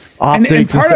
optics